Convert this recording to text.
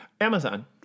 Amazon